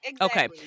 okay